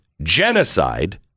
genocide